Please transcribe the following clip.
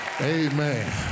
Amen